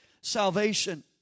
salvation